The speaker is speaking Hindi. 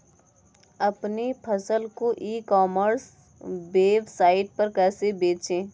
अपनी फसल को ई कॉमर्स वेबसाइट पर कैसे बेचें?